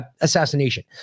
assassination